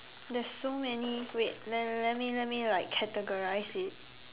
there's so many wait let let me let me like categorize it